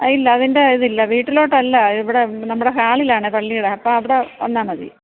അ ഇല്ല അതിൻ്റെ ഇതില്ല വീട്ടിലോട്ടല്ല ഇവിടെ നമ്മുടെ ഹാളിലാണ് പള്ളീടെ അപ്പോൾ അവിടെ വന്നാൽ മതി